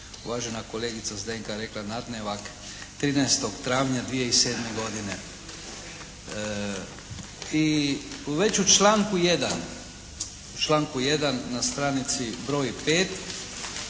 uvažena kolegica Zdenka rekla nadnevak 13. travnja 2007. godine. I već u članku 1. na stranici broj 5.